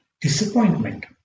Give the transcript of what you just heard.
disappointment